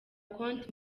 konti